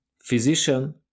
physician